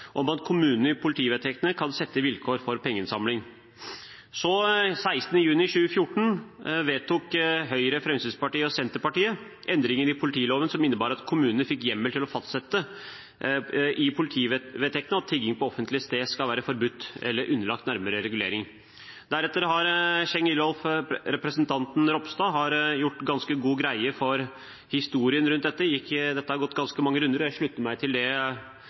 at kommunene i politivedtektene kan sette vilkår for pengeinnsamling. Den 16. juni 2014 vedtok Høyre, Fremskrittspartiet og Senterpartiet endringer i politiloven som innebar at kommunene fikk hjemmel til å fastsette i politivedtektene at tigging på offentlig sted skal være forbudt eller underlagt nærmere regulering. Representanten Ropstad har gjort ganske god greie for historien rundt dette, dette har gått ganske mange runder, og jeg slutter meg til det